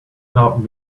not